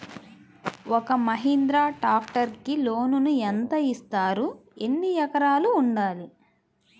ఒక్క మహీంద్రా ట్రాక్టర్కి లోనును యెంత ఇస్తారు? ఎన్ని ఎకరాలు ఉండాలి?